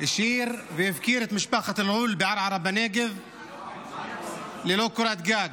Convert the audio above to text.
השאיר והפקיר את משפחת אל-ע'ול בערערה בנגב ללא קורת גג.